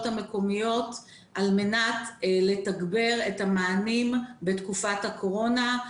המקומיות על מנת לתגבר את המענים בתקופת הקורונה.